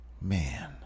Man